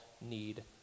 need